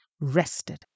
rested